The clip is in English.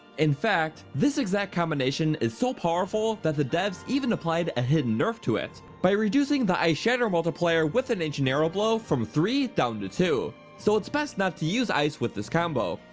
in fact, this exact combination is so powerful that the devs even applied a hidden nerf to it by reducing the ice shatter multiplayer with an ancient arrow blow from three down to two, so its best to not to use ice with this combo.